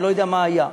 לא יודע מה היה,